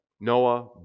Noah